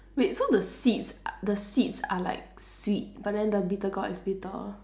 wait so the seeds uh the seeds are like sweet but then the bitter gourd is bitter